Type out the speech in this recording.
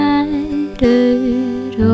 Mattered